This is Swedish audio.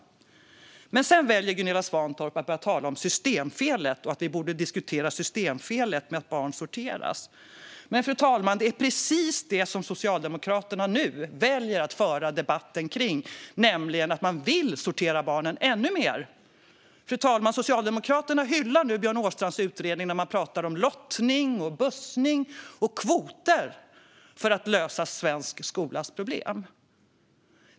Men sedan väljer Gunilla Svantorp att börja tala om systemfelet och att vi borde diskutera systemfelet med att barn sorteras. Fru talman! Det är precis detta som Socialdemokraterna nu väljer att föra debatt om, nämligen att man vill sortera barnen ännu mer. Socialdemokraterna hyllar nu Björn Åstrands utredning där man pratar om lottning, bussning och kvoter för att lösa svensk skolas problem.